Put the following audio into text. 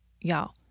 Y'all